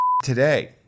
today